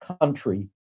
country